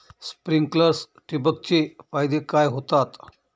Sprinklers ठिबक चे फायदे काय होतात?